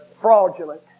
fraudulent